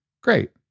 great